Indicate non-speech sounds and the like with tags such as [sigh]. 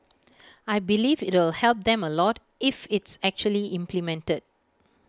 [noise] I believe it'll help them A lot if it's actually implemented